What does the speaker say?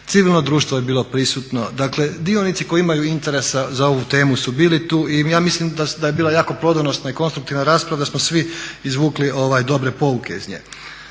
civilno društvo je bilo prisutno. Dakle dionici koji imaju interesa za ovu temu su bili tu i ja mislim da je bila jako plodonosna i konstruktivna rasprava, da smo svi izvukli dobre pouke iz nje.